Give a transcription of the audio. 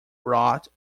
brought